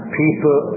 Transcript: people